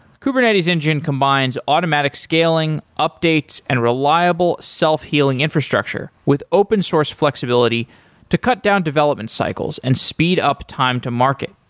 kubernetes engine combines automatic scaling, updates and reliable self-healing infrastructure with open source flexibility to cut down development cycles and speed up time to market.